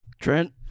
Trent